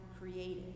created